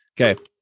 Okay